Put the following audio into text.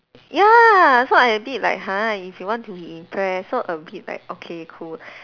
ya so I a bit like !huh! if you want to be impressed so a bit like okay cool